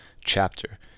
chapter